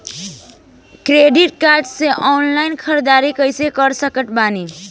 Debit card से online ख़रीदारी कैसे कर सकत बानी?